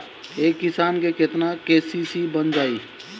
एक किसान के केतना के.सी.सी बन जाइ?